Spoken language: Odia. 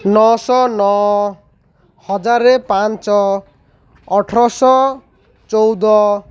ନଅ ଶହ ନଅ ହଜାର ପାଞ୍ଚ ଅଠରଶହ ଚଉଦ